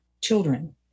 children